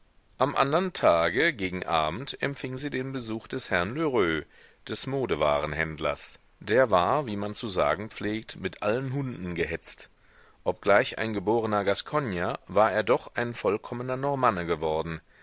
am andern tage gegen abend empfing sie den besuch des herrn lheureux des modewarenhändlers der war wie man zu sagen pflegt mit allen hunden gehetzt obgleich ein geborener gascogner war er doch ein vollkommener normanne geworden